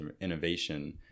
innovation